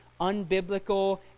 unbiblical